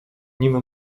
nim